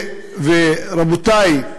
ורבותי,